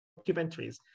documentaries